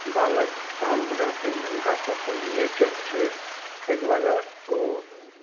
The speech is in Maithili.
बालक साम्ब रहथिन हुनकासभसे रिलेटेड छै ताहि दुआरे ओ